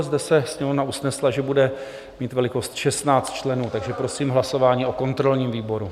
Zde se Sněmovna usnesla, že bude mít velikost 16 členů, takže prosím hlasování o kontrolním výboru.